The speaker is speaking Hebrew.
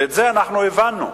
את זה אנחנו הבנו.